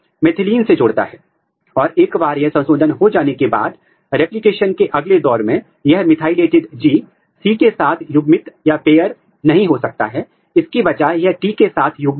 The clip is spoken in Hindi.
फिर एक बार आपका संकरण समाप्त हो जाने के बाद आपके लिए अनबाउंड प्रोब को निकालना बहुत महत्वपूर्ण है अन्यथा वे पृष्ठभूमि संकेत भी देंगे